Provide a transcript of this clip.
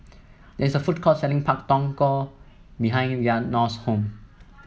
there is a food court selling Pak Thong Ko behind Rhiannon's home